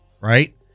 right